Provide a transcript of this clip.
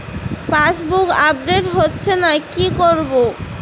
Passbook update হচ্ছেনা কি করবো?